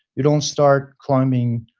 you don't start climbing